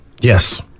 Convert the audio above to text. Yes